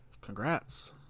congrats